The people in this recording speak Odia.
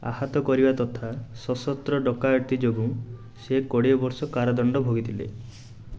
ଆହତ କରିବା ତଥା ସଶସ୍ତ୍ର ଡକାୟତି ଯୋଗୁଁ ସେ କୋଡ଼ିଏ ବର୍ଷ କାରାଦଣ୍ଡ ଭୋଗିଥିଲେ